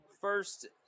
First